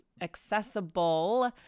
accessible